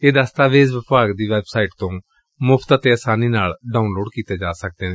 ਇਹ ਦਸਤਾਵੇਜ਼ ਵਿਭਾਗ ਦੀ ਵੈੱਬਸਾਈਟ ਤੋਂ ਬਿਲਕੁਲ ਮੁਫਤ ਅਤੇ ਆਸਾਨੀ ਨਾਲ ਡਾਉਨਲੋਡ ਕੀਤੇ ਜਾ ਸਕਦੇ ਨੇ